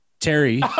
Terry